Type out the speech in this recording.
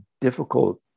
difficult